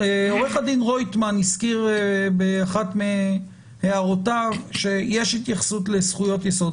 עורך הדין רויטמן הזכיר באחת מהערותיו שיש התייחסות לזכויות יסוד,